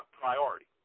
priority